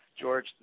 George